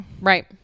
Right